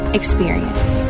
experience